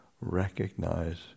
recognize